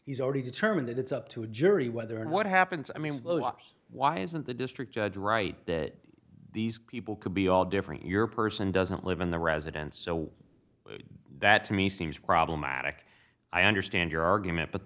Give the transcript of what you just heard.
he's already determined that it's up to a jury whether and what happens i mean why isn't the district judge right that these people could be all different your person doesn't live in the residence so that to me seems problematic i understand your argument but